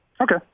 Okay